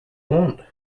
want